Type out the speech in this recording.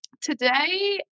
today